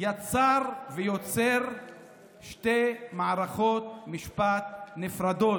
יצר ויוצר שתי מערכות משפט נפרדות: